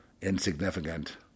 insignificant